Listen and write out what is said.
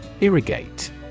Irrigate